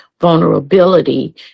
vulnerability